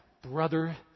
Brother